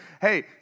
hey